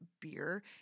beer